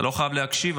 אתה לא חייב להקשיב,